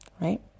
right